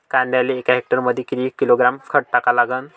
कांद्याले एका हेक्टरमंदी किती किलोग्रॅम खत टाकावं लागन?